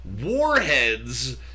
Warheads